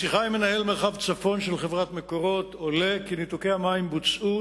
משיחה עם מנהל מרחב צפון של חברת "מקורות" עולה כי ניתוקי המים בוצעו,